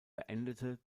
beendete